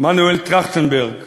מנואל טרכטנברג